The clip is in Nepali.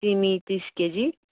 सिमी तिस केजी